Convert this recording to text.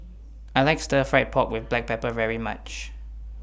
I like Stir Fried Pork with Black Pepper very much